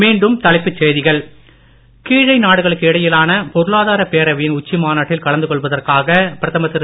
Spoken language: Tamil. மீண்டும் தலைப்புச் செய்திகள் கீழை நாடுகளுக்கு இடையிலான பொருளாதார பேரவையின் உச்சிமாநாட்டில் கலந்து கொள்வதற்காக பிரதமர் திரு